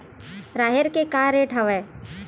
राहेर के का रेट हवय?